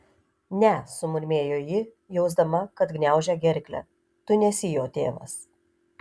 ne sumurmėjo ji jausdama kad gniaužia gerklę tu nesi jo tėvas